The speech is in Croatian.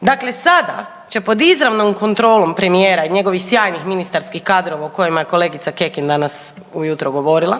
Dakle sada će pod izravnom kontrolom premijera i njegovih sjajnih ministarskih kadrova o kojima je kolegica Kekin danas ujutro govorila,